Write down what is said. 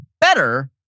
better